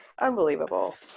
Unbelievable